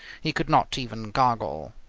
he could not even gargle.